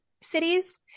cities